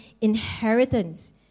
inheritance